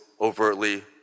overtly